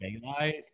daylight